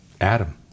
Adam